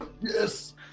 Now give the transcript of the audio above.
Yes